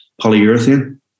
polyurethane